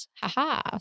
haha